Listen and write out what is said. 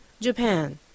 Japan